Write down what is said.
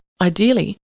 ideally